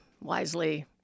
wisely